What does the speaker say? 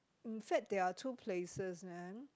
in fact there are two places man